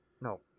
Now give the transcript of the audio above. no